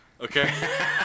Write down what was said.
Okay